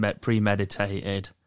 premeditated